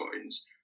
coins